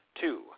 two